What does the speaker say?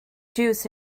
juice